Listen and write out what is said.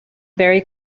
very